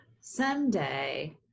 someday